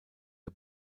der